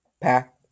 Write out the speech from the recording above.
Pack